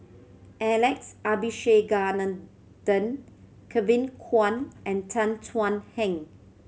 Alex Abisheganaden Kevin Kwan and Tan Thuan Heng